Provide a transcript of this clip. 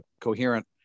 coherent